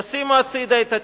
תשימו הצדה את התסכול,